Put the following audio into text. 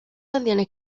canciones